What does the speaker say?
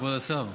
כבוד השר?